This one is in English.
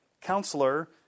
counselor